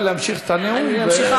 שאמרתי,